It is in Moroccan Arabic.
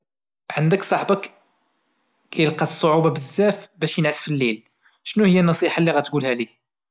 عندك صاحبك كيلقا الصعوبة يزاف باش انعس في الليل شنو هي النصيحة اللي غادي تقولها له؟